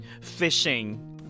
fishing